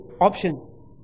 options